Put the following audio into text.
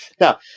now